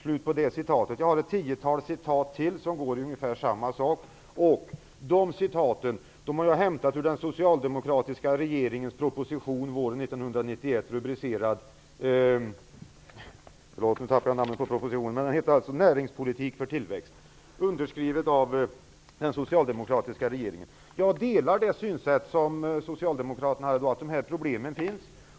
Jag har här ytterligare ett tiotal citat som går i samma riktning. Dessa citat har jag hämtat ur den socialdemokratiska regeringens proposition våren Jag delar socialdemokraternas synsätt, att dessa problem finns.